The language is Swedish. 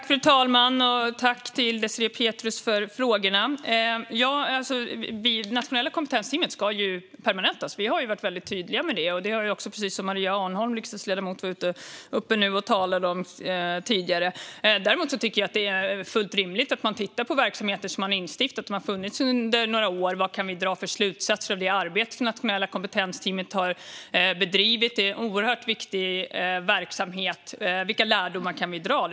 Fru talman! Jag tackar Désirée Pethrus för frågorna. Nationella kompetensteamet ska permanentas. Det har vi varit tydliga med, och ledamoten Maria Arnholm tog också upp det tidigare. Det är dock fullt rimligt att titta på verksamheter som har funnits i några år. Det handlar om att se vilka slutsatser och lärdomar vi kan dra av det viktiga arbete som Nationella kompetensteamet bedriver.